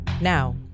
Now